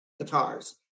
guitars